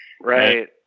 Right